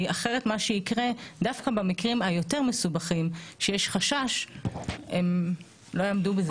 אחרת מה שיקרה דווקא במקרים היותר מסובכים כשיש חשש הם לא יעמדו בזה.